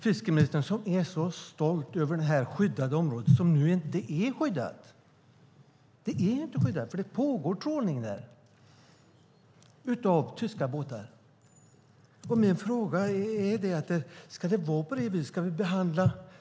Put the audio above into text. Fiskeministern är så stolt över det här skyddade området som nu inte är skyddat, eftersom det pågår trålning där av tyska båtar. Min fråga är: Ska det vara på det viset?